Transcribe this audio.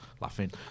laughing